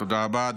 תודה רבה.